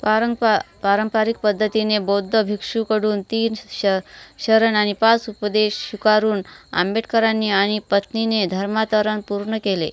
पारंपा पारंपरिक पद्धतीने बौद्ध भिक्षूकडून तीन श् श शरण आणि पाच उपदेश स्वीकारून आंबेडकरांनी आणि पत्नीने धर्मांतरण पूर्ण केले